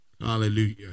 hallelujah